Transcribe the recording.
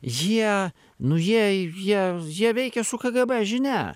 jie nu jie jie jie veikė su kgb žinia